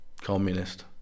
communist